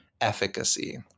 efficacy